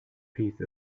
piece